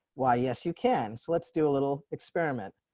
why, yes, you can. so let's do a little experiment.